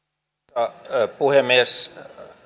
arvoisa puhemies